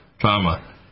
trauma